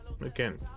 again